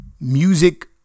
Music